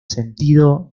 sentido